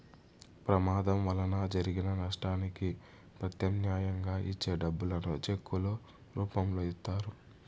ప్రమాదం వలన జరిగిన నష్టానికి ప్రత్యామ్నాయంగా ఇచ్చే డబ్బులను చెక్కుల రూపంలో ఇత్తారు